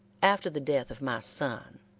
after the death of my son,